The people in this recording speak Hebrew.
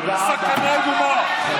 זו סכנה איומה.